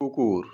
কুকুর